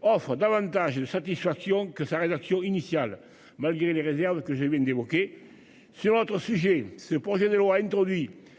offrent davantage de satisfaction que sa rédaction initiale, malgré les réserves que j'ai vu une évoquer sur notre sujet, ce projet de loi introduit